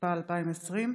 התשפ"א 2020,